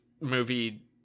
movie